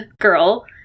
girl